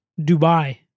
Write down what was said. Dubai